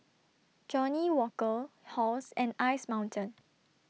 Johnnie Walker Halls and Ice Mountain